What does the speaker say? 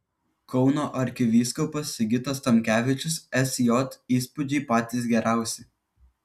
kauno arkivyskupas sigitas tamkevičius sj įspūdžiai patys geriausi